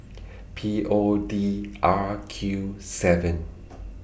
P O D R Q seven